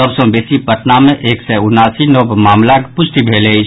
सभ सँ बेसी पटना मे एक सय उनासी नव मामिलाक पुष्टि भेल अछि